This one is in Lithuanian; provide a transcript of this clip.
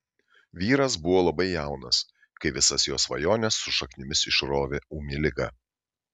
vyras buvo labai jaunas kai visas jo svajones su šaknimis išrovė ūmi liga